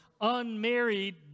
unmarried